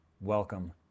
welcome